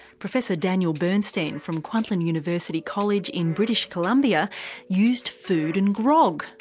professor daniel bernstein from kwantlen university college in british columbia used food and grog!